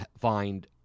find